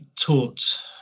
taught